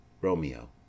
ROMEO